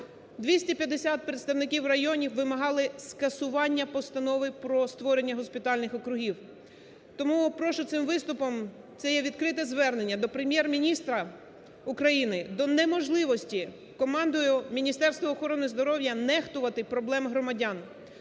250 представників районів вимагали скасування постанови про створення госпітальних округів. Тому прошу цим виступом… Це є відкрите звернення до Прем’єр-міністра України до неможливості командою Міністерства охорони здоров'я нехтувати проблемами громадян,